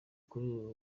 kuri